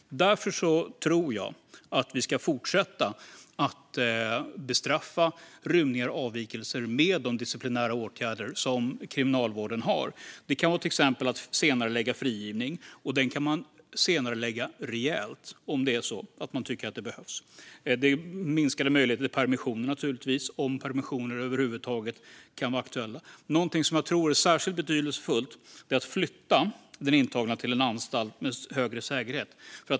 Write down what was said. Därför tror jag att vi ska fortsätta att bestraffa rymningar och avvikelser med de disciplinära åtgärder som kriminalvården har. Det kan till exempel vara att senarelägga frigivning, och det kan vara en rejäl senareläggning om man tycker att det behövs. Det kan vara minskade möjligheter till permissioner, om sådana över huvud taget är aktuella. Något som jag tror är särskilt betydelsefullt är att flytta den intagne till en anstalt med högre säkerhet.